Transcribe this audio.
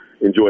Enjoy